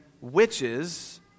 witches